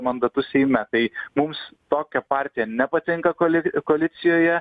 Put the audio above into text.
mandatus seime tai mums tokia partija nepatinka koli koalicijoje